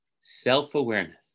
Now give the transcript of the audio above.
self-awareness